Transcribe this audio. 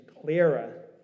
clearer